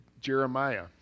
Jeremiah